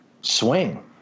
swing